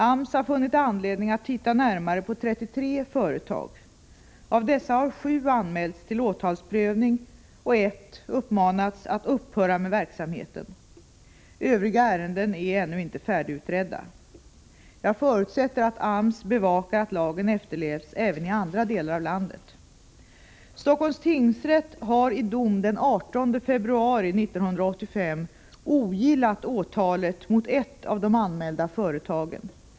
AMS har funnit anledning att titta närmare på 33 företag. Av dessa har sju anmälts till åtalsprövning och ett uppmanats att upphöra med verksamheten. Övriga ärenden är ännu inte färdigutredda. Jag förutsätter att AMS bevakar att lagen efterlevs även i andra delar av landet. Stockholms tingsrätt har i dom den 18 februari 1985 ogillat åtalet mot ett av de anmälda företagen.